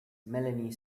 melanie